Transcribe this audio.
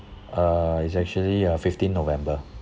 uh it's actually uh fifteen november